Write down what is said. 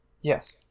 Yes